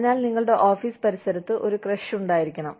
അതിനാൽ നിങ്ങളുടെ ഓഫീസ് പരിസരത്ത് ഒരു ക്രെഷ് ഉണ്ടായിരിക്കണം